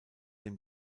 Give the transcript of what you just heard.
dem